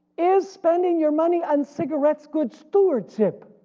is spending your money and cigarettes good stewardship?